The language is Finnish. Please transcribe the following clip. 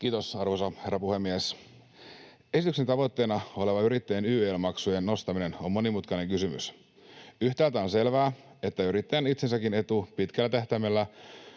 Kiitos, arvoisa herra puhemies! Esityksen tavoitteena oleva yrittäjien YEL-maksujen nostaminen on monimutkainen kysymys. Yhtäältä on selvää, että yrittäjän itsensäkin etu pitkällä tähtäimellä